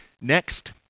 Next